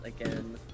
again